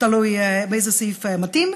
תלוי איזה סעיף מתאים,